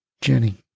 Jenny